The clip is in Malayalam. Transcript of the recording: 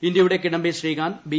ഇന്ത്യയുടെ കിഡംബി ശ്രീകാന്ത് ബി